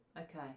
Okay